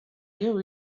you